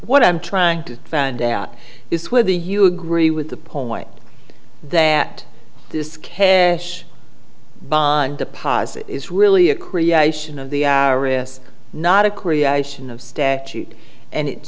what i'm trying to find out is where the you agree with the point that this scarce bond deposit is really a creation of the hour is not a creation of statute and it